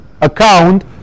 account